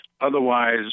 otherwise